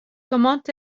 comment